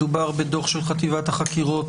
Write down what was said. מדובר בדוח של חטיבת החקירות